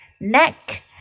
neck